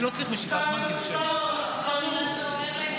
שר הרצחנות.